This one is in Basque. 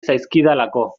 zaizkidalako